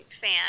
fan